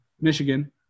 Michigan